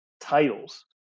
titles